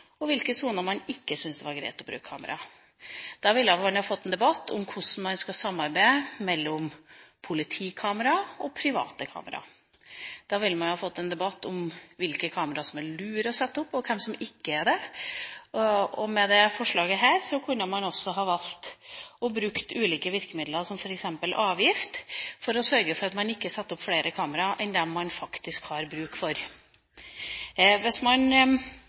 i hvilke soner man ikke syns det er greit å bruke kamera. Da ville man ha fått en debatt om hvordan man kan samarbeide om politikamera og private kamera. Da ville man ha fått en debatt om hvilke kamera det er lurt å sette opp, og hvilke som ikke er det. Med dette forslaget kunne man også ha valgt å bruke ulike virkemidler, som f.eks. avgift, for å sørge for at man ikke setter opp flere kamera enn dem man faktisk har bruk for. Hvis man